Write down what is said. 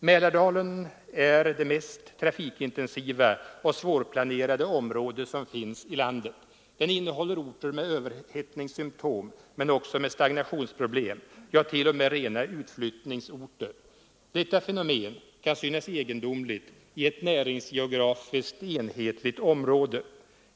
Mälardalen är det mest trafikintensiva och svårplanerade område som finns i landet. Den innehåller orter med överhettningssymtom men också orter med stagnationsproblem, ja t.o.m. rena utflyttningsorter. Detta fenomen kan synas egendomligt i ett näringsgeografiskt enhetligt område.